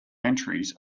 entries